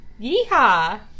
Yeehaw